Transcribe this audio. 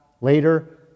later